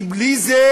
כי בלי זה,